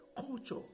culture